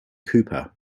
cooper